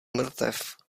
mrtev